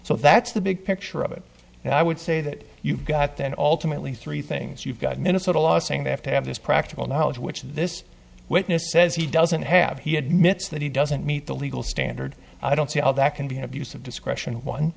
so that's the big picture of it and i would say that you've got then alternately three things you've got minnesota law saying they have to have this practical knowledge which this witness says he doesn't have he admits that he doesn't meet the legal standard i don't see how that can be an abuse of discretion one